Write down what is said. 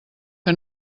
que